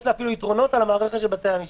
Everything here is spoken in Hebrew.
יש לה אפילו יתרונות על המערכת של בתי-המשפט.